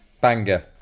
Banger